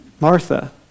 Martha